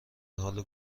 حال